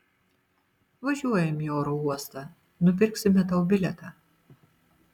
važiuojam į oro uostą nupirksime tau bilietą